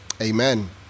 Amen